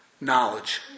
knowledge